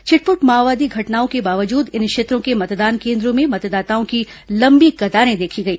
छिटपुट माओवादी घटनाओं के बावजूद इन क्षेत्रों के मतदान केन्द्रों में मतदाताओं की लंबी कतारे देखी गई